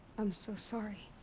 i'm so sorry!